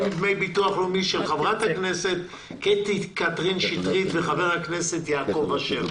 דמי ביטוח לאומי" של חברת הכנסת קטי קטרין שטרית וחבר הכנסת יעקב אשר.